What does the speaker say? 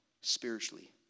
spiritually